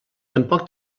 tampoc